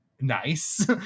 nice